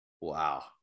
Wow